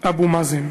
אבו מאזן.